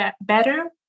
better